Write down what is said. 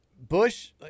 Bush